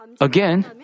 again